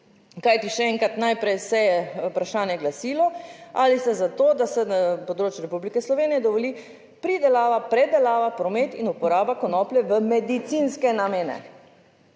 kajti še enkrat, najprej se je vprašanje glasilo, ali ste za to, da se na področju Republike Slovenije dovoli pridelava, predelava, promet in uporaba konoplje v medicinske namene.